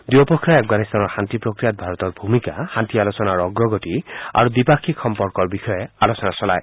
দুয়োপক্ষই আফগানিস্তানৰ শান্তি প্ৰক্ৰিয়াত ভাৰতৰ ভূমিকা শান্তি আলোচনাৰ অগ্ৰগিত আৰু দ্বিপাক্ষিক সম্পৰ্কৰ বিষয়ে আলোচনা চলায়